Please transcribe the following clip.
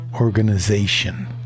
organization